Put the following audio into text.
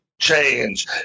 change